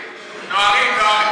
נוהרים, נוהרים.